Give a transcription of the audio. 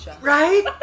Right